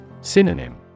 Synonym